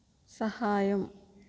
సహాయం